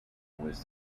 was